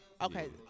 Okay